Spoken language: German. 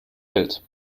welt